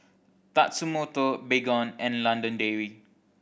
Tatsumoto Baygon and London Dairy